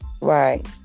right